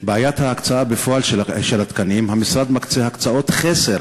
בעיית ההקצאה בפועל של התקנים: המשרד מקצה הקצאות חסר